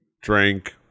drank